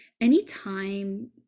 anytime